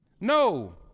No